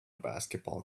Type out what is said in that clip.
basketball